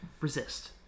Resist